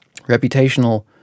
Reputational